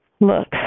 Look